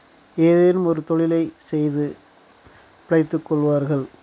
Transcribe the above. ஏதேனும் ஒரு தொழிலை செய்து பிழைத்துக் கொள்வார்கள்